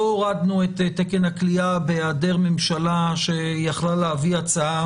לא הורדנו את תקן הכליאה בהעדר ממשלה שיכלה להביא הצעה